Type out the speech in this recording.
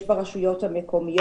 יש ברשויות המקומיות.